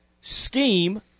scheme